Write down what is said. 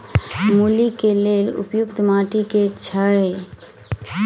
मूली केँ लेल उपयुक्त माटि केँ छैय?